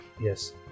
Yes